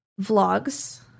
vlogs